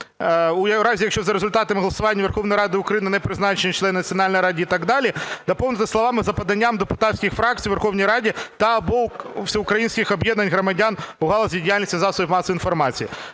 "у разі, якщо за результатами голосування Верховної Ради України не призначені члени Національної…" (і так далі) доповнити словами "за поданням депутатських фракцій у Верховній Раді та (або) всеукраїнських об'єднань громадян у галузі діяльності засобів масової інформації".